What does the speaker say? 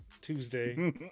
Tuesday